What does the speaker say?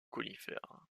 conifères